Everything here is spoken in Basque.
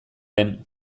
den